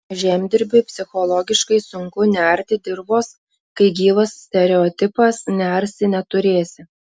žemdirbiui psichologiškai sunku nearti dirvos kai gyvas stereotipas nearsi neturėsi